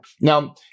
Now